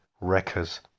wreckers